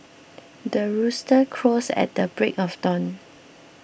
the rooster crows at the break of dawn